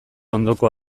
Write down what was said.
ondoko